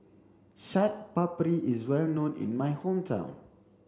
Chaat Papri is well known in my hometown